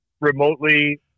remotely